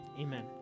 amen